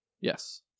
Yes